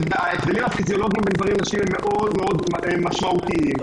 ההבדלים הפיזיולוגיים בין גברים ונשים משמעותיים מאוד.